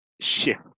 shift